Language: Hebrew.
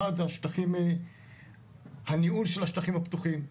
אחת הוא הניהול של השטחים הפתוחים,